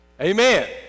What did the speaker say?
Amen